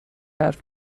حرف